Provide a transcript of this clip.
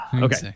Okay